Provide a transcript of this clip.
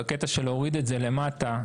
בקטע של להוריד את זה למטה.